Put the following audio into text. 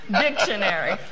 dictionary